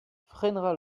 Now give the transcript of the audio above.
freinera